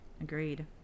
Agreed